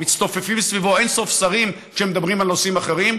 מצטופפים סביבו אין-סוף שרים שמדברים על נושאים אחרים,